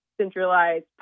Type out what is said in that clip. centralized